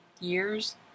years